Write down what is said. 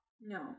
no